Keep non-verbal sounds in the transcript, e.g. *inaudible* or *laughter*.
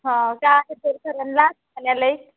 हो का *unintelligible* पाहण्यालायक